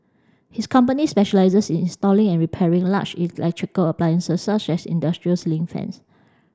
his company specialises in installing and repairing large electrical appliances such as industrial ceiling fans